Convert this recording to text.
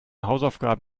hausaufgaben